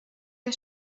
der